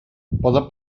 poden